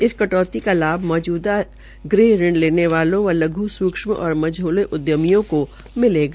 इस कटौती का लाभ मौजूदा ग़ह ऋण लेने वालों व लघ् सूक्ष्म तथा मझोले उद्यमियों को मिलेगा